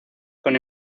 con